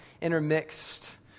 intermixed